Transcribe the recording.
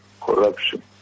corruption